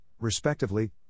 respectively